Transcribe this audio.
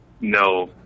no